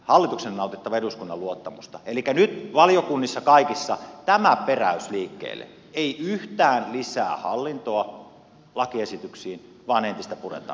hallituksen on nautittava eduskunnan luottamusta elikkä nyt kaikissa valiokunnissa tämä peräys liikkeelle ei yhtään lisää hallintoa lakiesityksiin vaan entistä puretaan